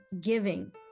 giving